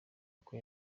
uko